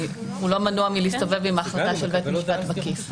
הוא לא מנוע מלהסתובב עם ההחלטה של בית משפט בכיס.